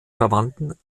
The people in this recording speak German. verwandten